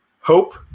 hope